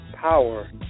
power